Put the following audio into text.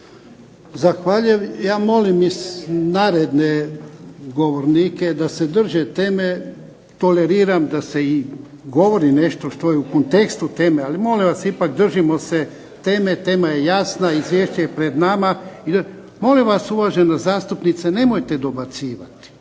Zahvaljujem. Ja molim iz naredne govornike da se drže teme, toleriram da se i govori nešto što je u kontekstu teme, ali molim vas ipak držimo se teme, tema je jasna, izvješće je pred nama. …/Upadica se ne razumije./… Molim vas, uvažena zastupnice nemojte dobacivati.